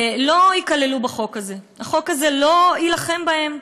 לא ייכללו בחוק הזה, החוק הזה לא יילחם בהם.